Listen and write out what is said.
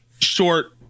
short